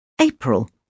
April